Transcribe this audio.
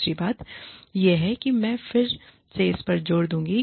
दूसरी बात यह है कि मैं फिर से इस पर जोर दूँगा